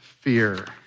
fear